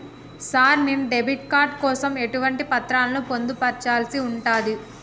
Sir నేను debit card కోసం ఎటువంటి పత్రాలను పొందుపర్చాల్సి ఉంటది?